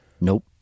Nope